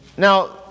Now